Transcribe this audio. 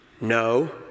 no